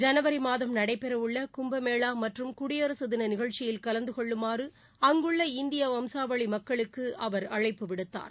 ஜனவரி மாதம் நடைபெறவுள்ள கும்பமேளா மற்றும் குடியரசு தின நிகழ்ச்சியில் கலந்து கொள்ளுமாறு அங்குள்ள இந்திய வம்சாவளி மக்களுக்கு அவர் அழைப்பு விடுத்தார்